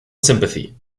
sympathy